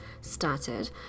started